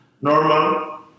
normal